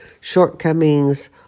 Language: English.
shortcomings